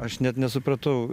aš net nesupratau